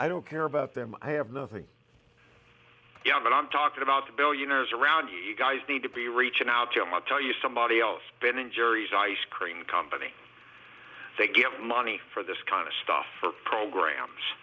i don't care about them i have nothing but i'm talking about the billionaires around you guys need to be reaching out to them i tell you somebody else ben and jerry's ice cream company they get money for this kind of stuff for programs